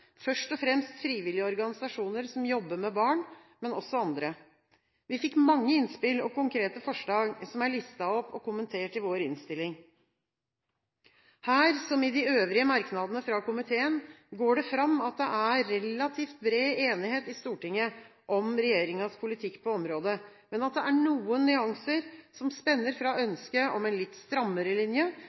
først og fremst frivillige organisasjoner som jobber med barn, men også andre. Vi fikk mange innspill og konkrete forslag, som er listet opp og kommentert i vår innstilling. Her, som i de øvrige merknadene fra komiteen, går det fram at det er relativt bred enighet i Stortinget om regjeringens politikk på området, men at det er noen nyanser som spenner fra ønsket om en litt strammere linje